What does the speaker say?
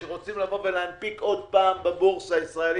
כשרוצים להנפיק עוד פעם בבורסה הישראלית,